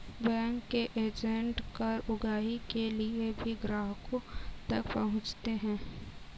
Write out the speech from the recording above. bank के agent कर उगाही के लिए भी ग्राहकों तक पहुंचते हैं